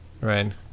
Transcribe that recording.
Right